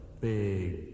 big